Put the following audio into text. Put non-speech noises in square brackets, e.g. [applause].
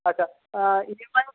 আচ্ছা [unintelligible]